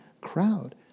crowd